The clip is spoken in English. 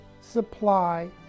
supply